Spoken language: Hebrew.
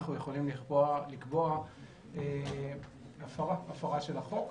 אנחנו יכולים לקבוע הפרה של החוק.